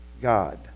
God